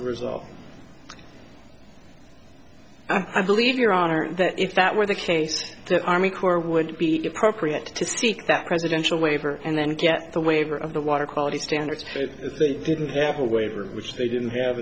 result i believe your honor that if that were the case the army corps would be appropriate to speak that presidential waiver and then get the waiver of the water quality standards if they didn't have a waiver which they didn't have